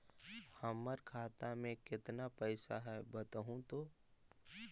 हमर खाता में केतना पैसा है बतहू तो?